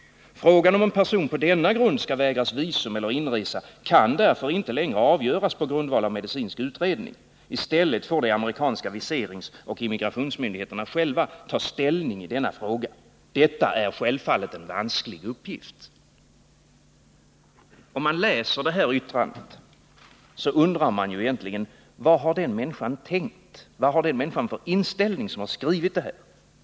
Frågan om en person på denna grund skall vägras visum elle: inresa kan därför inte längre avgöras på grundval av medicinsk utredning. I stället får de amerikanska viseringsoch immigrationsmyndigheterna själva ta ställning till denna fråga. Detta är självfallet en vansklig uppgift.” När man läser detta yttrande undrar man: Vad har den människa som skrivit detta egentligen tänkt? Vad har den människan för inställning?